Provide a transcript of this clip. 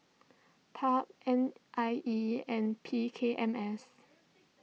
Pub N I E and P K M S